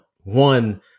one